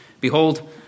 Behold